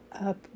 up